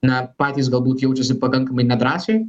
na patys galbūt jaučiasi pakankamai nedrąsiai